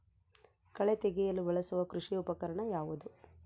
ಕಳೆ ತೆಗೆಯಲು ಬಳಸುವ ಕೃಷಿ ಉಪಕರಣ ಯಾವುದು?